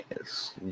Yes